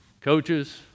coaches